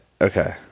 Okay